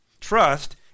Trust